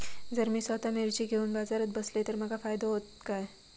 जर मी स्वतः मिर्ची घेवून बाजारात बसलय तर माका फायदो होयत काय?